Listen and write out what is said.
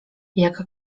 jak